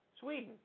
Sweden